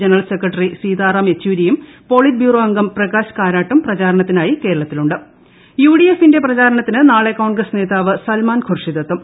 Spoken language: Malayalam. ജനറൽ സെക്രട്ടറി സീതാറാം യെച്ചൂരിയും പോളിറ്റ് ബ്യൂറ്റോർഅംഗം പ്രകാശ് കാരാട്ടും പ്രചാരണത്തിനായി കേരളത്തിലുണ്ട് പ്രചാരണത്തിന് നാളെ കോൺഗ്രസ്റ്റ് നേതാവ് സൽമാൻ ഖുർഷിദ് എത്തും